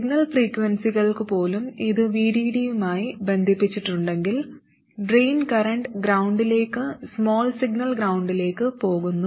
signal ഫ്രീക്വൻസികൾക്കുപോലും ഇത് VDD യുമായി ബന്ധിപ്പിച്ചിട്ടുണ്ടെങ്കിൽ ഡ്രെയിൻ കറന്റ് ഗ്രൌണ്ടിലേക്ക് സ്മാൾ സിഗ്നൽ ഗ്രൌണ്ടിലേക്ക് പോകുന്നു